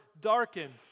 darkened